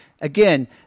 again